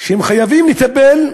שחייבים לטפל,